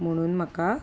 म्हुणून म्हाका